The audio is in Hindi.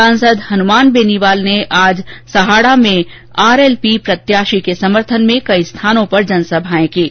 सांसद हनुमान बेनीवाल ने आज सड़ाडा में आरएलपी प्रत्याशी के समर्थन में कई स्थानों पर जनसभाएं कीं